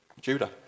Judah